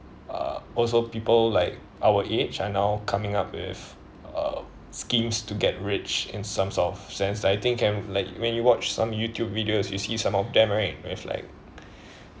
uh also people like our age are now coming up with uh schemes to get rich in some sort of sense I think can like when you watch some YouTube videos you see some of them right with like